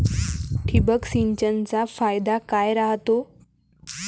ठिबक सिंचनचा फायदा काय राह्यतो?